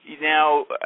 Now